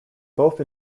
both